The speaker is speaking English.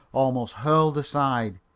almost hurled aside,